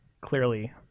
clearly